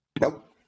nope